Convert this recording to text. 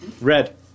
Red